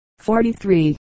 43